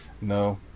no